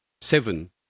Seven